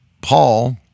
Paul